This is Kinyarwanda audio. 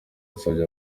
yasabye